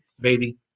Baby